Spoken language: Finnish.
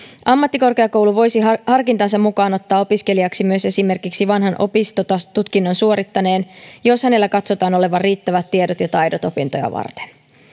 ammattikorkeakoulu voisi harkintansa mukaan ottaa opiskelijaksi myös esimerkiksi vanhan opistotutkinnon suorittaneen jos hänellä katsotaan olevan riittävät tiedot ja taidot opintoja varten